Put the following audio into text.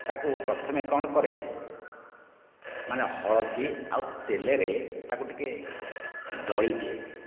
ତାକୁ ପ୍ରଥମେ କ'ଣ କରେ ମାନେ ହଳଦୀ ଆଉ ତେଲରେ ତାକୁ ଟିକେ ଦଳି ଦିଏ